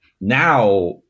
Now